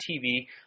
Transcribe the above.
TV